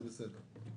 זה בסדר.